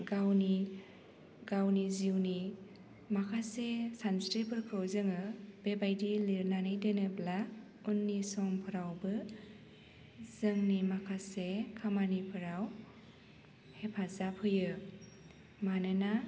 गावनि गावनि जिउनि माखासे सानस्रिफोरखौ जोङो बेबायदि लिरनानै दोनोब्ला उननि समफोरावबो जोंनि माखासे खामानिफोराव हेफाजाब होयो मानोना